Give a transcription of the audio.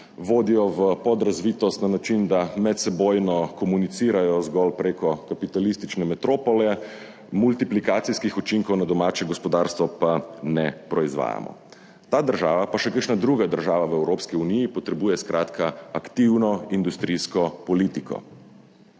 vodijo v podrazvitost na način, da medsebojno komunicirajo zgolj preko kapitalistične metropole, multiplikacijskih učinkov na domače gospodarstvo pa ne proizvajamo. Ta država, pa še kakšna druga država v Evropski uniji potrebuje skratka aktivno industrijsko politiko,